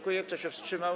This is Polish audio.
Kto się wstrzymał?